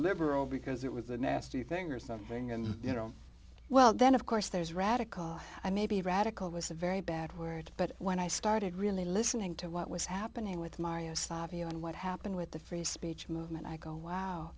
liberal because it was a nasty thing or something and you know well then of course there's radical i may be radical was a very bad word but when i started really listening to what was happening with mario savio and what happened with the free speech movement i go wow